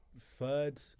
third